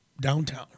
downtown